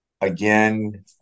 Again